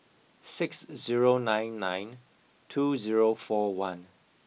six zero nine nine two zero four one